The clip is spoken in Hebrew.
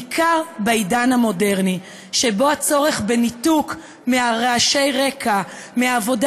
בעיקר בעידן המודרני שבו הצורך בניתוק מרעשי הרקע ומהעבודה